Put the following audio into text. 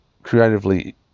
Creatively